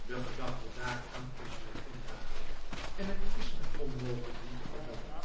de gedachte daaraan is mij ondraaglijk en het is mij onmogelijk die te verbannen